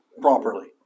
properly